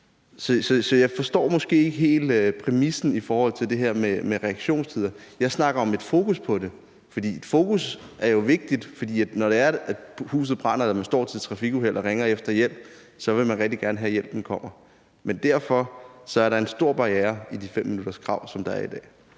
Så jeg forstår måske ikke helt præmissen i forhold til det her med reaktionstider. Jeg snakker om et fokus på det, for et fokus er jo vigtigt. For når det er, at huset brænder eller man står i et trafikuheld og ringer efter hjælp, vil man rigtig gerne have, hjælpen kommer. Men derfor er der en stor barriere i det 5-minutterskrav, som der er i dag.